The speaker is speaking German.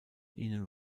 ihnen